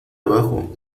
abajo